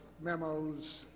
memos